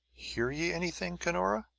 hear ye anything, cunora?